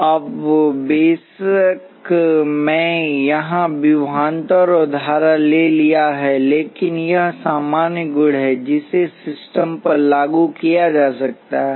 अब बेशक मैंने यहां विभवांतर और धारा ले लिया है लेकिन यह सामान्य गुण है जिसे सिस्टम पर लागू किया जा सकता है